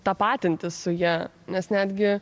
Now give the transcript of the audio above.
tapatintis su ja nes netgi